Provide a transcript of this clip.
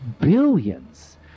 billions